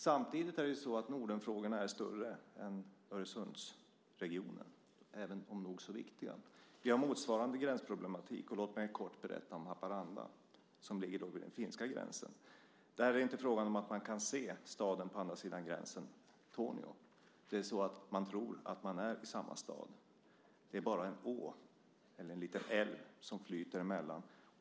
Samtidigt är Nordenfrågorna större än frågorna om Öresundsregionen, även om de är nog så viktiga. Vi har motsvarande gränsproblematik. Låt mig kort berätta om Haparanda, som ligger vid den finska gränsen. Där är det inte fråga om att man kan se staden Torneå på andra sidan gränsen. Man tror att man är i samma stad. Det är bara en å, eller en liten älv, som flyter emellan.